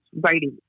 writing